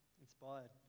inspired